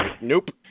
nope